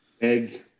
Egg